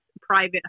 private